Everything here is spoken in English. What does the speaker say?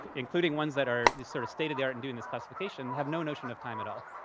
including ones that are just sort of state of the art in doing this classification, have no notion of time at all.